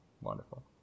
Wonderful